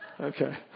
okay